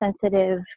sensitive